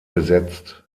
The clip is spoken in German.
besetzt